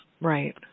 Right